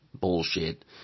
Bullshit